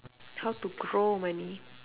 how to grow money